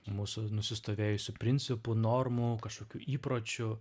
mūsų nusistovėjusių principų normų kažkokių įpročių